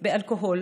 אלכוהול,